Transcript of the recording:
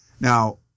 Now